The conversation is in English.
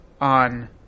on